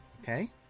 okay